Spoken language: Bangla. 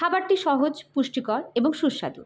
খাবারটি সহজ পুষ্টিকর এবং সুস্বাদু